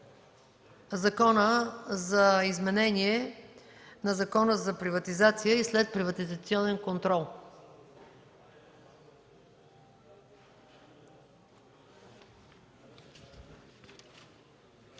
Закона за изменение на Закона за приватизация и следприватизационен контрол.